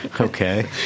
Okay